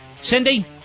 Cindy